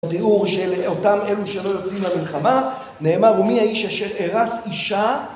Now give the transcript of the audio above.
תיאור של אותם אלו שלא יוצאים למלחמה, נאמר, ומי האיש אשר ארס אישה?